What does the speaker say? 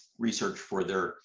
research for their